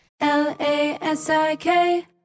L-A-S-I-K